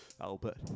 Albert